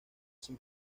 sin